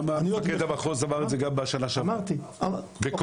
מפקד המחוז אמר את זה גם בשנה שעברה בקולו.